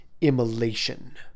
immolation